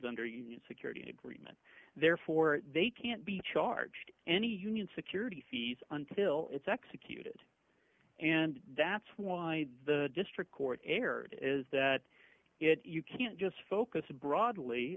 under un security agree therefore they can't be charged any union security fees until it's executed and that's why the district court erred is that you can't just focus broadly